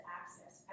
access